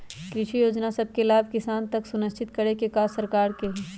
कृषि जोजना सभके लाभ किसान तक सुनिश्चित करेके काज सरकार के हइ